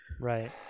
Right